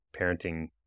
parenting